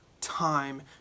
time